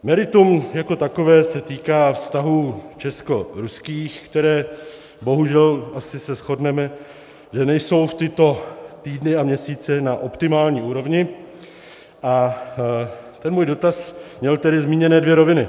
Meritum jako takové se týká vztahů českoruských, které bohužel, asi se shodneme, nejsou v tyto týdny a měsíce na optimální úrovni, a ten můj dotaz tedy měl zmíněné dvě roviny.